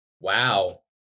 Wow